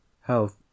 health